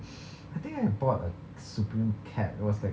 I think I bought a Supreme cap it was like